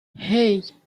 hey